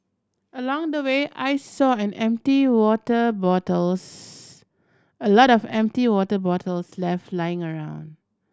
along the way I saw an empty water bottles a lot of empty water bottles left lying around